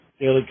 Daily